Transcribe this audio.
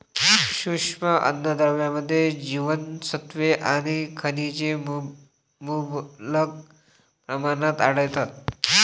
सूक्ष्म अन्नद्रव्यांमध्ये जीवनसत्त्वे आणि खनिजे मुबलक प्रमाणात आढळतात